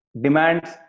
demands